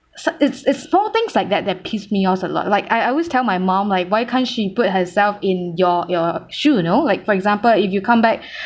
so it's it's small things like that that pissed me off a lot like I always tell my mom like why can't she put herself in your your shoe you know like for example if you come back